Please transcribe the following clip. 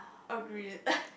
agreed